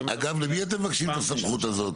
אגב, למי אתם מבקשים את הסמכות הזאת?